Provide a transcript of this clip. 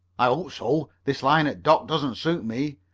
i hope so. this lying at dock doesn't suit me.